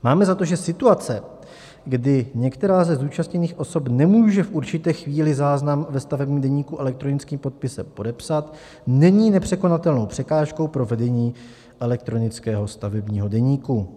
Máme za to, že situace, kdy některá ze zúčastněných osob nemůže v určité chvíli záznam ve stavebním deníku elektronickým podpisem podepsat, není nepřekonatelnou překážkou pro vedení elektronického stavebního deníku.